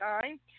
time